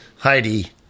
Heidi